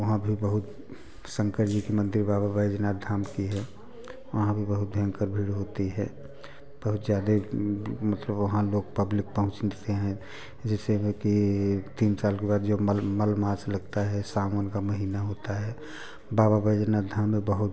वहाँ भी बहुत शंकर जी की मंदिर बाबा बैधनाथ धाम की है वहाँ भी बहुत भयंकर भीड़ होती है बहुत ज़्यादा ही मतलब वहाँ लोग पब्लिक पहुँचते हैं जैसे है कि तीन साल के बाद जब मल मलमास लगता है सावन का महीना होता है बाबा बैधनाथ धाम में बहुत